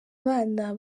bana